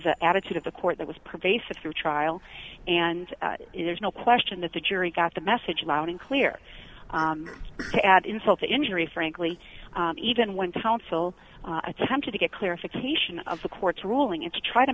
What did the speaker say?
the attitude of the court that was pervasive through trial and there's no question that the jury got the message loud and clear to add insult to injury frankly even when counsel attempted to get clarification of the court's ruling and to try to